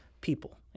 people